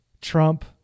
Trump